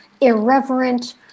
irreverent